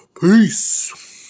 Peace